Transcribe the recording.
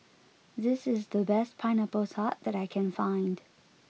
this is the best Pineapple Tart that I can find